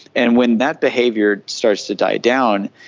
and when that behaviour starts to die down,